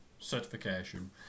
certification